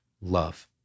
love